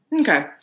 Okay